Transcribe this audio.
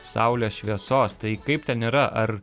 saulės šviesos tai kaip ten yra ar